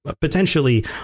potentially